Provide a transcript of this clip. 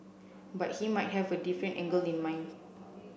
but he might have a different angle in mind